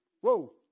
Whoa